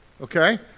okay